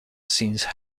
since